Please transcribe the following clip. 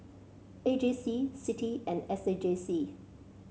A J C CITI and S A J C